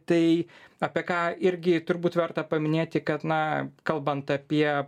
tai apie ką irgi turbūt verta paminėti kad na kalbant apie